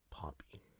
Poppy